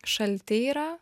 šalti yra